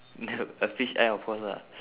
nev~ uh fish eye of course ah